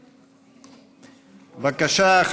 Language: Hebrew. בבקשה,